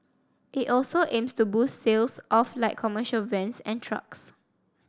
it also aims to boost sales of light commercial vans and trucks